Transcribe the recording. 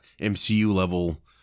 MCU-level